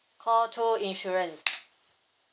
call two insurance